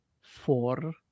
four